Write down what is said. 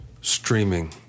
streaming